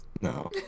no